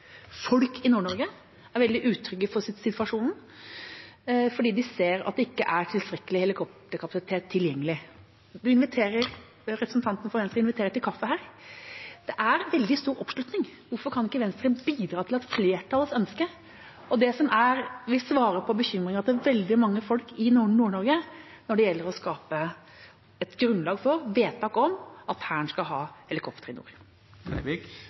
Folk i Nord-Norge er veldig utrygge i situasjonen fordi de ser at det ikke er tilstrekkelig helikopterkapasitet tilgjengelig. Representanten fra Venstre inviterer til kaffe her, men det er veldig stor oppslutning om dette. Hvorfor kan ikke Venstre bidra til at flertallets ønske og det som vil svare på bekymringen til veldig mange folk i Nord-Norge når det gjelder å skape et grunnlag for vedtak om at Hæren skal ha helikoptre i nord,